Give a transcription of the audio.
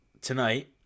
tonight